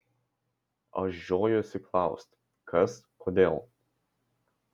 aš žiojuosi klaust kas kodėl